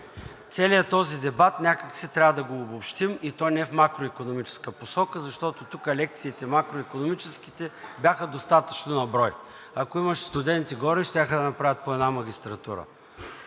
целият този дебат някак си трябва да го обобщим, и то не в макроикономическата посока, защото тук макроикономическите лекции бяха достатъчно на брой. Ако имаше студенти горе, щяха да направят по една магистратура.